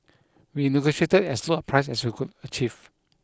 we negotiated as low a price as we could achieve